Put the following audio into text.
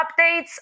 updates